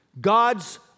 God's